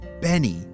Benny